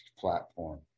platform